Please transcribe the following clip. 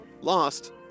Lost